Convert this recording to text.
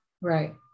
Right